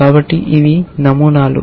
కాబట్టి ఇవి నమూనాలు